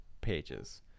pages